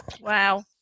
Wow